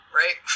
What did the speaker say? right